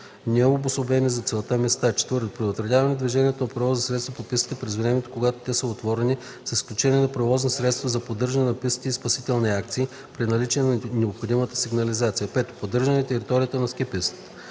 необособени за целта места; 4. предотвратяване движението на превозни средства по пистите през времето, когато те са отворени, с изключение на превозните средства за поддържане на пистата и спасителни акции, при наличие на необходимата сигнализация; 5. поддържане на територията на ски пистата;